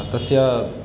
तस्य